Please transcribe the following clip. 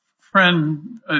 friend